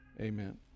Amen